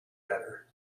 better